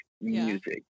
music